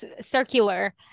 circular